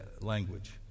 language